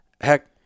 heck